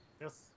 Yes